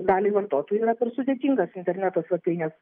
daliai vartotojų yra per sudėtingas interneto svetainės